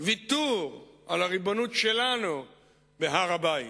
ויתור על הריבונות שלנו בהר-הבית,